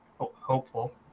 hopeful